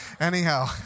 Anyhow